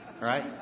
Right